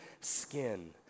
skin